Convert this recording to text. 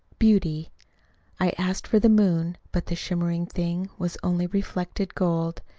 beauty i asked for the moon but the shimmering thing was only reflected gold,